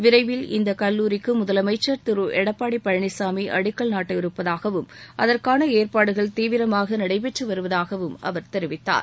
விரைவில் இந்த கல்லூரிக்கு முதலமைச்சர் திரு எடப்பாடி பழனிசாமி அடிக்கல் நாட்டவிருப்பதாகவும் அதற்கான ஏற்பாடுகள் தீவிரமாக நடைபெற்று வருவதாகவும் அவர் தெரிவித்தார்